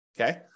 Okay